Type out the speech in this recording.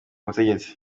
butegetsi